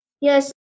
Yes